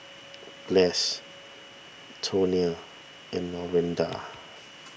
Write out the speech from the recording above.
Glynis Tonia and Lorinda